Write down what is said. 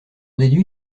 déduis